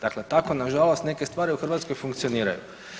Dakle, tako nažalost neke stvari u Hrvatskoj funkcioniraju.